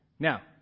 Now